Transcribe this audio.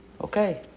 Okay